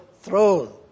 throne